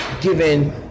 given